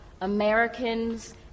Americans